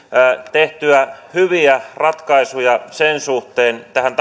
tehtyä hyviä ratkaisuja tähän